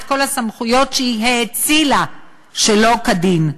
את כל הסמכויות שהיא האצילה שלא כדין.